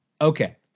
Okay